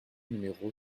numéro